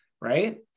Right